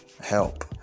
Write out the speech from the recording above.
help